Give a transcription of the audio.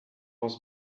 was